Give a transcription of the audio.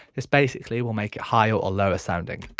this basically will make it higher or lower sounding.